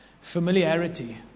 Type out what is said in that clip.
Familiarity